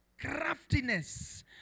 Craftiness